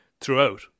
throughout